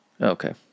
Okay